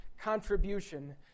contribution